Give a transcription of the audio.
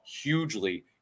hugely